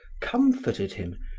comforted him,